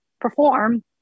perform